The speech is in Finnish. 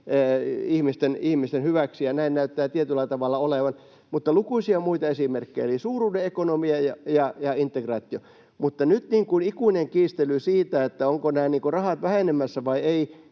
ihmisten hyväksi, ja näin näyttää tietyllä tavalla olevan. Mutta on lukuisia muita esimerkkejä, eli suuruuden ekonomia ja integraatio. Mutta nyt ikuiseen kiistelyyn siitä, ovatko nämä rahat vähenemässä vai